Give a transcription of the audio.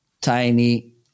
tiny